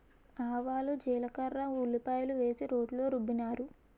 ఆవాలు జీలకర్ర ఉల్లిపాయలు వేసి రోట్లో రుబ్బినారు